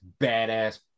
badass